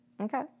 Okay